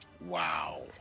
Wow